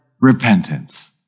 repentance